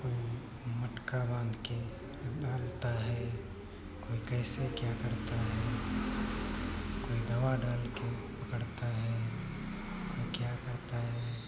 कोई मटका बाँध के डालता है कोई कैसे क्या करता है कोई दवा डाल के पकड़ता है और क्या करता है